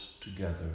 together